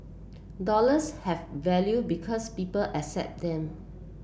dollars have value because people accept them